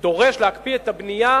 דורש להקפיא את הבנייה